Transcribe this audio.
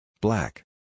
Black